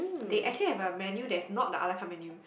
they actually have a menu that is not the a-la-carte menu